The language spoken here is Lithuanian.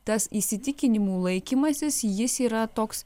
tas įsitikinimų laikymasis jis yra toks